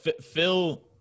Phil